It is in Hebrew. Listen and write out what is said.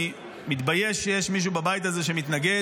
אני מתבייש שיש מישהו בבית הזה שמתנגד.